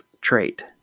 Trait